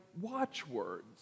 watchwords